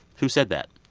who said that?